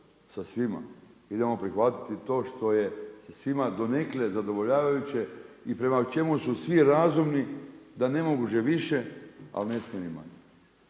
sa svima. Idemo prihvatiti to što je sa svima donekle zadovoljavajuće i prema čemu su svi razumni da ne može više ali ne smije ni manje.